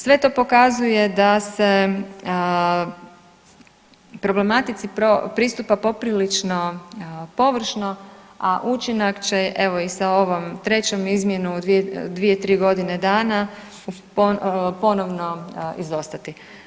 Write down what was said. Sve to pokazuje da se problematici pristupa poprilično površno, a učinak će evo i sa ovom 3 izmjenom u 2-3 godine dana ponovno izostati.